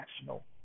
national